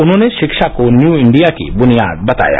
उन्होंने शिक्षा को न्यू इंडिया की बुनियाद बताया